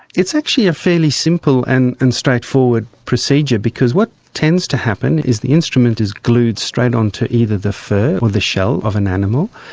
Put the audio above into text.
it's actually a fairly simple and and straightforward procedure because what tends to happen is the instrument is glued straight onto either the fur or the shell of an animal.